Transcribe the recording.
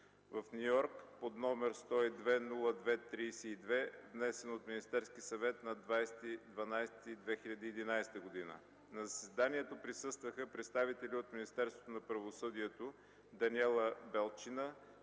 в Ню Йорк, № 102-02-32, внесен от Министерския съвет на 20 декември 2011 г. На заседанието присъстваха представители на Министерството на правосъдието – Даниела Белчина,